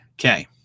okay